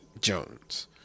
Jones